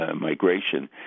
Migration